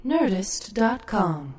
Nerdist.com